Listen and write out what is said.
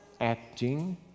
acting